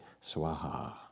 Swaha